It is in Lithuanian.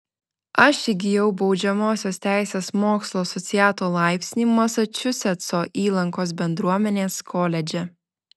aš įgijau baudžiamosios teisės mokslų asociato laipsnį masačusetso įlankos bendruomenės koledže